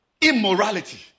Immorality